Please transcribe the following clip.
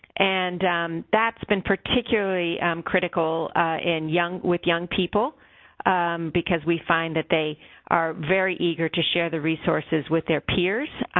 and that's been particularly critical in young with young people because we find that they are very eager to share the resources with their peers,